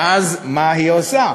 ואז, מה היא עושה?